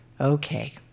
Okay